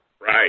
Right